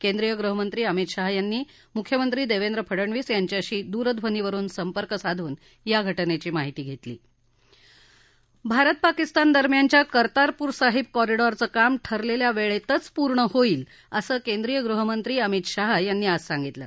केंद्रीय गृहमंत्री अमित शहा यांनी मुख्यमंत्री देवेंद्र फडनवीस यांच्याशी दूरध्वनीवरुन संपर्क साधून या घटनेची माहिती घेतली भारत पाकिस्तान दरम्यानच्या कर्तारपूरसाहिब कॉरीडॉरचं काम ठरलेल्या वेळेतच पूर्ण होईल असं केंद्रीय गृहमंत्री अमित शहा यांनी आज सांगितलं